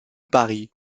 paris